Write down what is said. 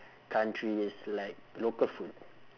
countries like local food